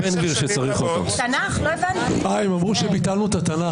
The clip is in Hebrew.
החרבת מערכת המשפט.